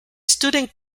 student